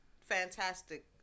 fantastic